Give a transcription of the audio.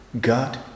god